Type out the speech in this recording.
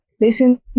Listen